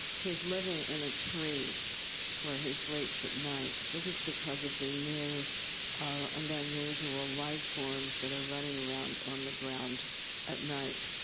he is living in a tree where he sleeps at night. this is because of the new and unusual life forms that are running around on the ground at night.